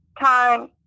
time